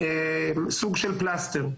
סוג של פלסטר,